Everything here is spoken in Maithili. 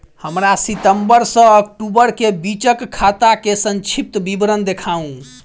हमरा सितम्बर सँ अक्टूबर केँ बीचक खाता केँ संक्षिप्त विवरण देखाऊ?